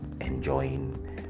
enjoying